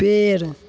पेड़